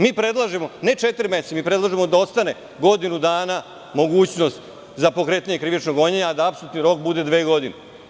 Mi predlažemo ne četiri meseca, mi predlažemo da ostane godinu dana za mogućnost za pokretanje krivičnog gonjenja, a da apsolutni rok bude dve godine.